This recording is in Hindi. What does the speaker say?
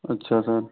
अच्छा सर